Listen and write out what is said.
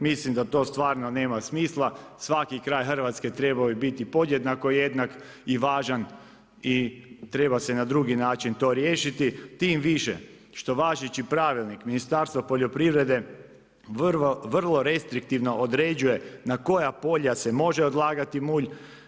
Mislim da to stvarno nema smisla, svaki kraj Hrvatske trebao bi biti podjednako jednak i važan i treba se na drugi način to riješiti, tim više što važeći pravilnik Ministarstva poljoprivrede, vrlo restriktivno određuje na koja polja se može odlagati mulj.